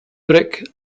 brick